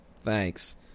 Thanks